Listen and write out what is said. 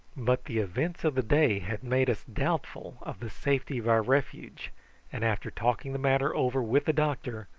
but the events of the day had made us doubtful of the safety of our refuge and, after talking the matter over with the doctor,